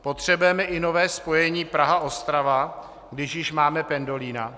Potřebujeme i nové spojení PrahaOstrava, když již máme pendolina?